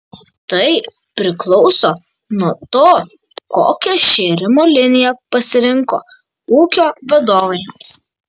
tai priklauso nuo to kokią šėrimo liniją pasirinko ūkio vadovai